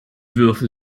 würfel